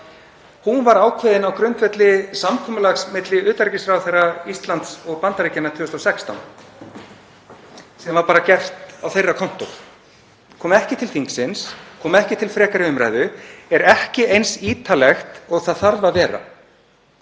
var ákveðin á grundvelli samkomulags milli utanríkisráðherra Íslands og Bandaríkjanna 2016. Það var bara gert á þeirra kontór, kom ekki til þingsins, kom ekki til frekari umræðu og er ekki eins ítarlegt og það þarf að vera.